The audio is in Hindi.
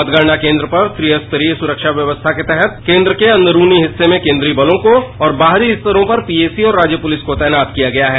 मतगणना केन्द्र पर त्रिस्तरीय सुरक्षा व्यक्स्था के तहत केन्द्र के अंदरूनी हिस्से में केन्द्रीय बलों को और बाहरी हिस्सों पर पीएसी और राज्य स्तरीय पुलिस को तैनात किया है